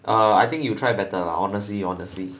err I think you try better lah honestly honestly